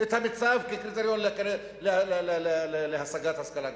את ה"מצרף" כקריטריון להשגת השכלה גבוהה.